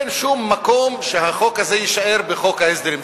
אין שום מקום שהחוק הזה יישאר בחוק ההסדרים.